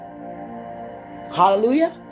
Hallelujah